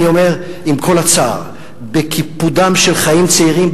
עם כל הצער על קיפודם של חיים צעירים,